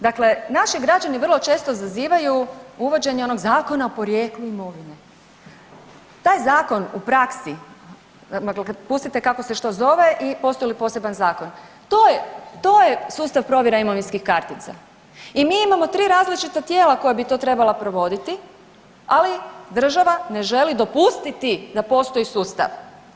Dakle, naši građani vrlo često zazivaju uvođenje onog Zakona o porijeklu imovine, taj zakon u praksi, dakle kad pustite kako se što zove i postoji li poseban zakon, to je, to je sustav provjera imovinskih kartica i mi imamo tri različita tijela koja bi to trebala provoditi, ali država ne želi dopustiti da postoji sustav.